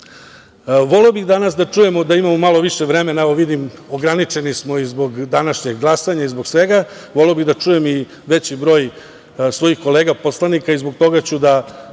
bih danas da čujemo, da imamo malo više vremena, evo, vidimo, ograničeni smo i zbog današnjeg glasanja i zbog svega, voleo bih da čujem veći broj svojih kolega poslanika i zbog toga ću još